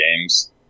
games